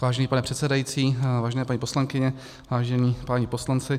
Vážený pane předsedající, vážené paní poslankyně, vážení páni poslanci.